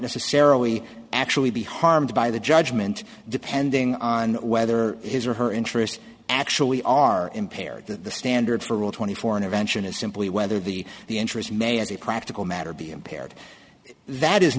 necessarily actually be harmed by the judgment depending on whether his or her interest actually are impaired that the standard for rule twenty four intervention is simply whether the the interest may as a practical matter be impaired that is